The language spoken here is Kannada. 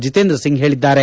ಜಿತೇಂದ್ರಸಿಂಗ್ ಹೇಳಿದ್ದಾರೆ